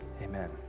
amen